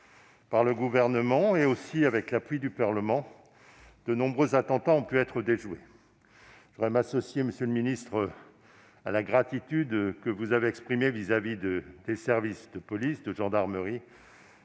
par le Gouvernement, avec l'appui du Parlement, de nombreux attentats ont pu être déjoués. Je veux m'associer, monsieur le ministre, à la gratitude que vous avez exprimée vis-à-vis des services de police, de gendarmerie